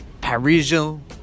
Parisian